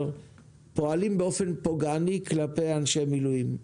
פועלים באופן פוגעני כלפי אנשי מילואים.